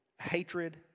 hatred